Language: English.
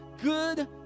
Good